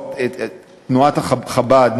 תנועת חב"ד,